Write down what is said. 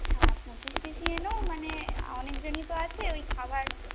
হ্যাঁ পঁচিশ পিসই এনো মানে অনেক জনই তো আছে ওই খাবার